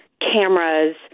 cameras